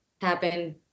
happen